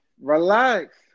Relax